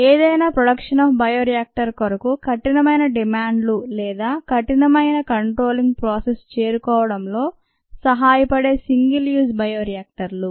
ఏదైనా production of bioreactor కొరకు కఠినమైన డిమాండ్ లు లేదా కఠినమైన కంట్రోలింగ్ ప్రాసెస్ చేరుకోవడంలో సహాయపడే సింగిల్ యూజ్ బయో రియాక్టర్ లు